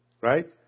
Right